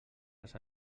les